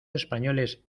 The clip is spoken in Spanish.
españoles